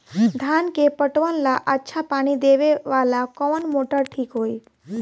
धान के पटवन ला अच्छा पानी देवे वाला कवन मोटर ठीक होई?